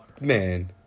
Man